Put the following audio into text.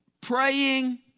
praying